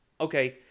Okay